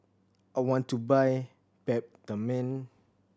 I want to buy Peptamen